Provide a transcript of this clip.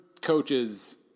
coaches